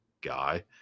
guy